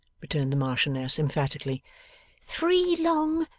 returned the marchioness emphatically three long,